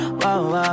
wow